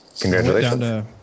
Congratulations